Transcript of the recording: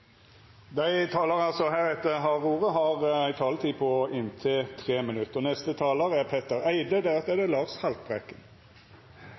Dei talarane som heretter har ordet, har ei taletid på inntil 3 minutt.